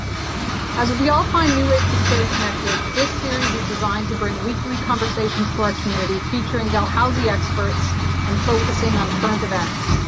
as we all find new ways to stay connected this series is designed to bring weekly conversations to our community featuring dalhousie experts and focusing on current events.